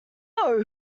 call